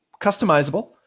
customizable